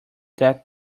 that